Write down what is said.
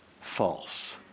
False